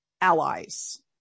allies